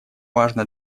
важно